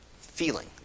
feeling